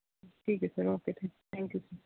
ਠੀਕ ਹੈ sir okay thank you ਸ